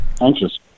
anxious